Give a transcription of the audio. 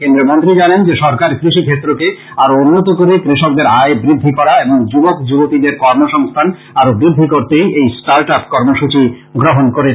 কেন্দ্রীয় মন্ত্রী জানান যে সরকার কৃষি ক্ষেত্রকে আরো উন্নত করে কৃষকদের আয় বৃদ্ধি করা এবং যুবক যুবতীদের কর্মসংস্থান আরো বৃদ্ধি করতেই এই ষ্টারট আপ কর্মসূচী গ্রহণ করেছে